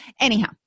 anyhow